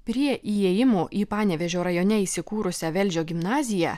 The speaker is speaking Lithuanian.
prie įėjimo į panevėžio rajone įsikūrusią velžio gimnaziją